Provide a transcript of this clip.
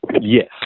Yes